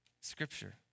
Scripture